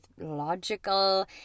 logical